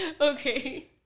Okay